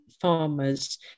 farmers